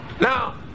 Now